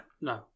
no